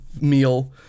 meal